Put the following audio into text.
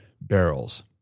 barrels